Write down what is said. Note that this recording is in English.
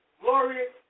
glorious